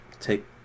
take